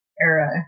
era